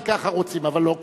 כי ככה רוצים, אבל לא כך,